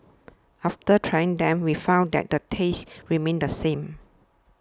after trying them we found that the taste remained the same